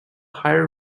higher